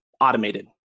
automated